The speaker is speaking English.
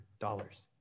dollars